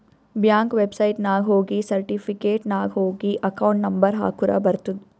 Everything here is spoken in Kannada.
ಬ್ಯಾಂಕ್ ವೆಬ್ಸೈಟ್ನಾಗ ಹೋಗಿ ಸರ್ಟಿಫಿಕೇಟ್ ನಾಗ್ ಹೋಗಿ ಅಕೌಂಟ್ ನಂಬರ್ ಹಾಕುರ ಬರ್ತುದ್